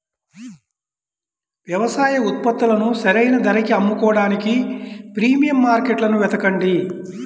వ్యవసాయ ఉత్పత్తులను సరైన ధరకి అమ్ముకోడానికి ప్రీమియం మార్కెట్లను వెతకండి